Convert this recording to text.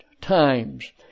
times